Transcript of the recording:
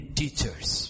teachers